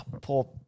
poor